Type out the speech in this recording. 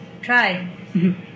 try